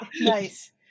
Nice